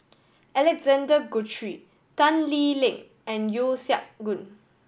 Alexander Guthrie Tan Lee Leng and Yeo Siak Goon